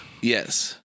Yes